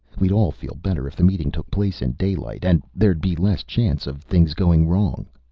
we'd all feel better if the meeting took place in day-light. and there'd be less chance of things going wrong.